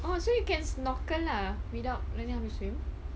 oh so you can snorkel lah without learning how to swim